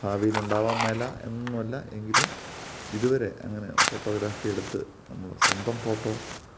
ഭാവിയിൽ ഉണ്ടാവാൻ മേല എന്നൊന്നുമില്ല എങ്കിലും ഇതുവരെ അങ്ങനെ ഫോട്ടോഗ്രാഫി എടുത്ത് നമ്മൾ സ്വന്തം ഫോട്ടോ